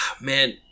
Man